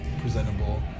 presentable